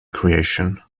creation